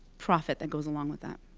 profit that goes along with that.